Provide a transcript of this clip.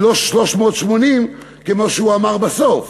ולא 380 כמו שהוא אמר בסוף.